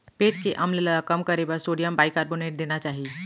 पेट के अम्ल ल कम करे बर सोडियम बाइकारबोनेट देना चाही